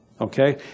okay